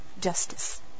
Justice